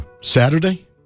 Saturday